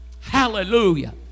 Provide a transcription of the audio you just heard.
Hallelujah